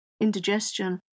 indigestion